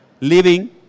Living